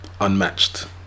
unmatched